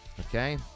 Okay